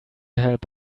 help